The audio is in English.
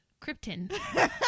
Krypton